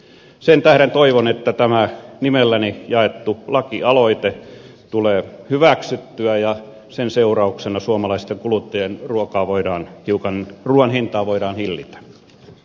sen tähden toivon että tämä nimelläni jaettu lakialoite tulee hyväksyttyä ja sen seurauksena suomalaisten kuluttajien ruuan hintaa voidaan hillitä i